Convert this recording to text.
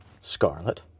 Scarlet